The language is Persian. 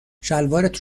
شلوارت